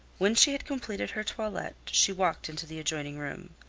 when she had completed her toilet she walked into the adjoining room.